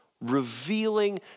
revealing